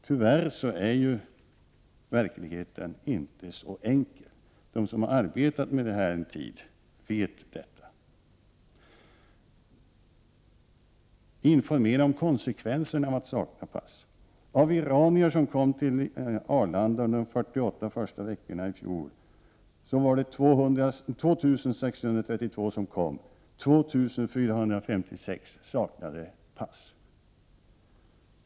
Tyvärr är verkligheten inte så enkel. De som har arbetat med de här problemen en tid känner till detta. Vi skulle informera om konsekvenserna av avsaknad av pass, säger man. Av de 2 632 iranier som kom till Arlanda under de 48 första veckorna i fjol saknade 2 456 pass.